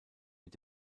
mit